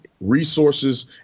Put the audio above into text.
resources